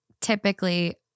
typically